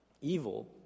evil